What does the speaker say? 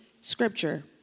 scripture